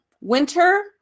winter